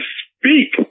speak